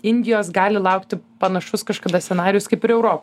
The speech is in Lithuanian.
indijos gali laukti panašus kažkada scenarijus kaip ir europ